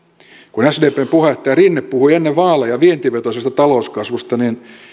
kun sdpn puheenjohtaja rinne puhui ennen vaaleja vientivetoisesta talouskasvusta niin